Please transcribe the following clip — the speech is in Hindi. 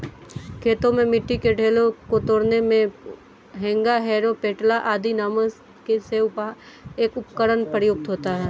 खेतों में मिट्टी के ढेलों को तोड़ने मे हेंगा, हैरो, पटेला आदि नामों से एक उपकरण प्रयुक्त होता है